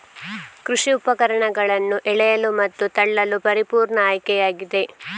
ಕೃಷಿ ಉಪಕರಣಗಳನ್ನು ಎಳೆಯಲು ಮತ್ತು ತಳ್ಳಲು ಪರಿಪೂರ್ಣ ಆಯ್ಕೆಯಾಗಿದೆ